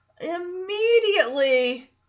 immediately